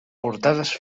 portades